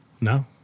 No